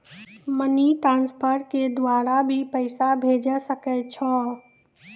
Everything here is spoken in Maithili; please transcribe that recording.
मनी ट्रांसफर के द्वारा भी पैसा भेजै सकै छौ?